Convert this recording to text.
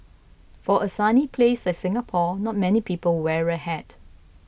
for a sunny place like Singapore not many people wear a hat